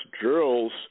drills